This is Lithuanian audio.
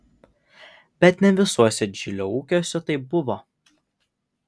bet ne visuose džilio ūkiuose taip buvo